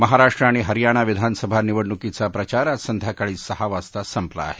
महाराष्ट्र आणि हरियाणा विधानसभा निवडणुकीचा प्रचार आज संध्याकाळी सहा वाजता संपला आहे